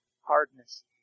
hardness